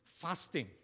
Fasting